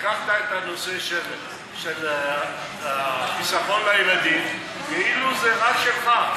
לקחת את נושא החיסכון לילדים כאילו זה רק שלך.